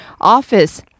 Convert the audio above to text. office